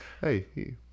Hey